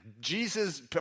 Jesus